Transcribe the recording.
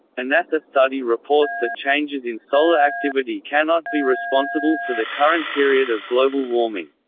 a nasa study reports that changes in solar activity cannot be responsible for the current period of global warming.